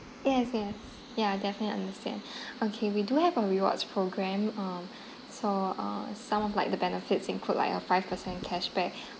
yes yes ya definitely understand okay we do have a rewards program um so uh some of like the benefits include like a five percent cashback